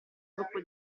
gruppo